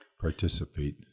participate